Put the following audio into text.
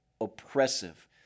oppressive